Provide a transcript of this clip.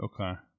Okay